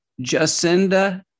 Jacinda